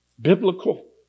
biblical